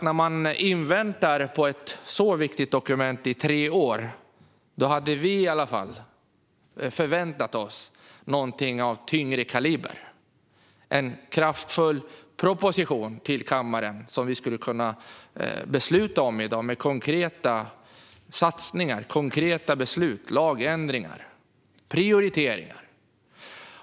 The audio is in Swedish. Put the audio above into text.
När man får vänta på ett så viktigt dokument i tre år väntar man sig också att det blir något av större tyngd - en kraftfull proposition som vi skulle kunna besluta om i dag, med konkreta satsningar, lagändringar och prioriteringar.